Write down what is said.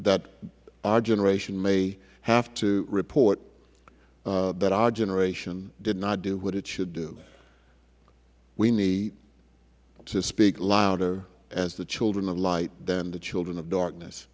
that our generation may have to report that our generation did not do what it should do we need to speak louder as the children of light than the children of darkness